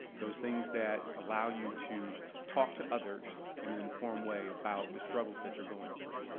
those things that allow you to talk to others in an informed way about the struggles that you're going through.